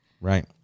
Right